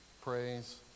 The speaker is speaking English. praise